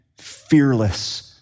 fearless